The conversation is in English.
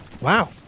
Wow